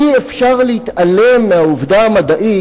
אי-אפשר להתעלם מהעובדה המדעית